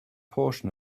portion